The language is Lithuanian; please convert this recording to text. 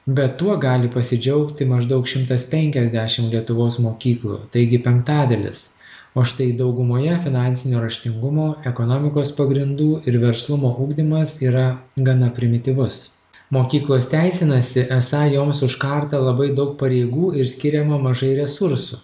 bet tuo gali pasidžiaugti maždaug šimtas penkiasdešim lietuvos mokyklų taigi penktadalis o štai daugumoje finansinio raštingumo ekonomikos pagrindų ir verslumo ugdymas yra gana primityvus mokyklos teisinasi esą joms užkardo labai daug pareigų ir skiriama mažai resursų